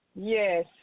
Yes